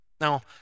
Now